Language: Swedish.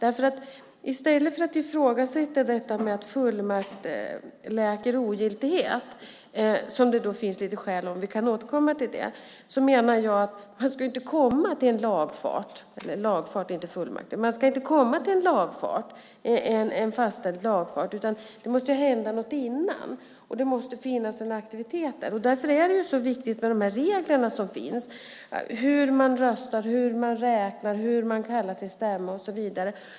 I stället för att ifrågasätta detta med att lagfart läker ogiltighet, som det då finns lite skäl för och som vi kan återkomma till, menar jag att man inte ska komma till en fastställd lagfart, utan det måste hända något innan. Det måste finnas en aktivitet där. Därför är det så viktigt med de regler som finns, hur man röstar, hur man räknar, hur man kallar till stämma och så vidare.